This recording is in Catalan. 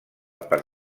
per